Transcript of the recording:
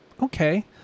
okay